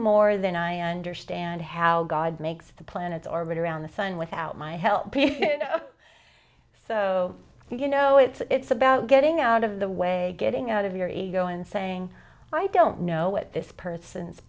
more than i understand how god makes the planets orbit around the sun without my help so you know it's about getting out of the way getting out of your ego and saying i don't know what this person's